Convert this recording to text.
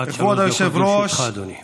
לרשותך, אדוני.